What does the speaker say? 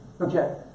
Okay